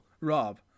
Rob